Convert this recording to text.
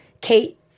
Kate